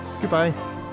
goodbye